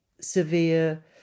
severe